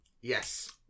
Yes